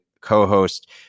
co-host